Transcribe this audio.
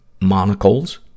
monocles